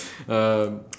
um